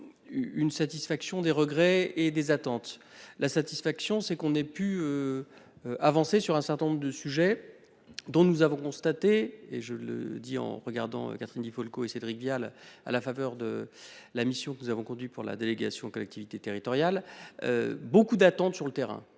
Une satisfaction des regrets et des attentes. La satisfaction, c'est qu'on ait pu. Avancer sur un certain nombre de sujets dont nous avons constaté et je le dis en regardant Catherine Di Folco et Cédric Vial. À la faveur de la mission que nous avons conduit pour la délégation aux collectivités territoriales. Beaucoup d'attentes sur le terrain